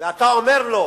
ואתה אומר לו: